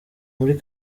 muri